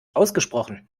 ausgesprochen